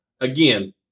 again